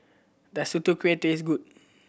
does Tutu Kueh taste good